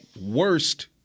worst